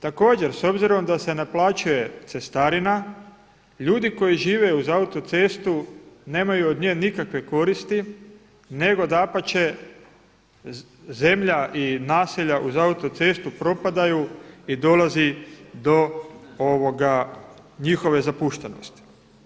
Također s obzirom da se naplaćuje cestarina ljudi koji žive uz autocestu nemaju od nje nikakve koristi, nego dapače zemlja i naselja uz autocestu propadaju i dolazi do njihove zapuštenosti.